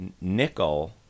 nickel